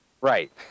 Right